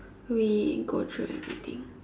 we go through everything